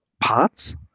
parts